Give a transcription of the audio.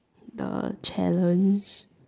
the challenge